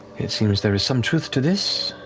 it seems there is some truth to this,